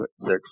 six